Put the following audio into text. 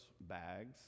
bags